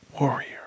warrior